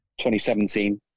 2017